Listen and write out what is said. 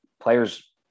players